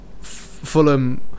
Fulham